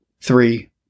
Three